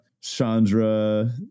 Chandra